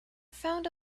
found